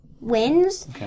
Wins